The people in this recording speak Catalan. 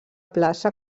plaça